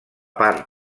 part